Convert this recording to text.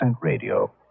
radio